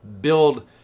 build